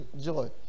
joy